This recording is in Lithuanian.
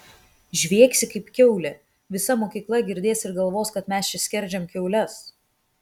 žviegsi kaip kiaulė visa mokykla girdės ir galvos kad mes čia skerdžiam kiaules